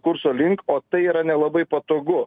kurso link o tai yra nelabai patogu